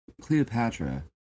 Cleopatra